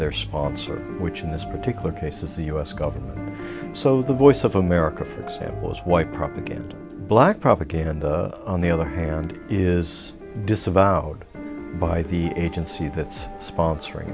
their sponsors which in this particular case is the u s government so the voice of america except was white propaganda black propaganda on the other hand is disavowed by the agency that's sponsoring